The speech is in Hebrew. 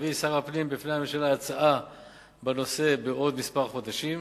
שר הפנים יביא בפני הממשלה הצעה בנושא בעוד כמה חודשים.